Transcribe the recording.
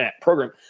program